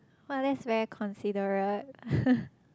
!wah! that's very considerate